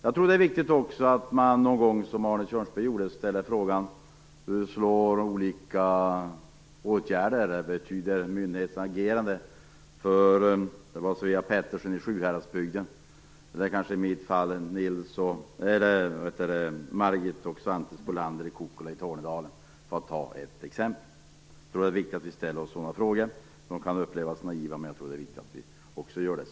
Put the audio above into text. Jag tror att det också är viktigt att man någon gång som Arne Kjörnsberg gjorde ställer frågan: Hur slår olika åtgärder och vad betyder myndigheters agerande för Svea Pettersson i Sjuhäradsbygden - fast det kanske i mitt fall snarare skulle gälla Margit och Svante Spolander i Kokkola i Tornedalen? Jag tror att det är viktigt att vi ställer oss sådana frågor. De kan upplevas som naiva, men jag tror ändå att det är viktigt.